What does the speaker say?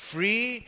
Free